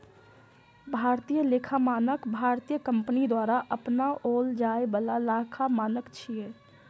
भारतीय लेखा मानक भारतीय कंपनी द्वारा अपनाओल जाए बला लेखा मानक छियै